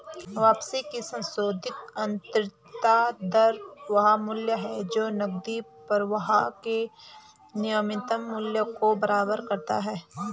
वापसी की संशोधित आंतरिक दर वह मूल्य है जो नकदी प्रवाह के नवीनतम मूल्य को बराबर करता है